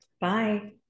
Bye